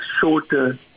shorter